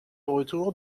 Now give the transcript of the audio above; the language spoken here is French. retour